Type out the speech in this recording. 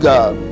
God